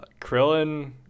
Krillin